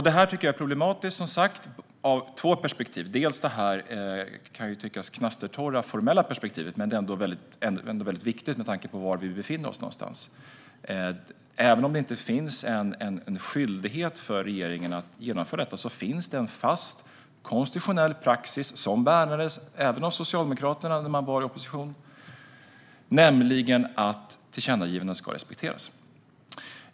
Det här tycker jag som sagt är problematiskt ur två perspektiv. För det första har vi det, kan tyckas, knastertorra formella perspektivet, som ändå är väldigt viktigt med tanke på var vi befinner oss någonstans, det vill säga att även om det inte finns en skyldighet för regeringen att genomföra detta så finns det en fast konstitutionell praxis som värnades även av Socialdemokraterna när man var i opposition, nämligen att tillkännagivanden ska respekteras.